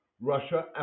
Russia